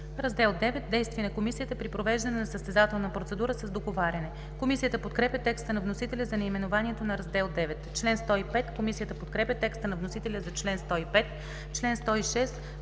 „Раздел IX – Действия на комисията при провеждане на състезателна процедура с договаряне“. Комисията подкрепя текста на вносителя за наименованието на Раздел IX. Комисията подкрепя текста на вносителя за чл. 105. Комисията